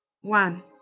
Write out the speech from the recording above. One